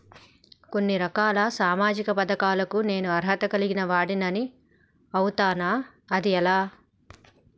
కొన్ని రకాల సామాజిక పథకాలకు నేను అర్హత కలిగిన వాడిని అవుతానా? అది ఎలా?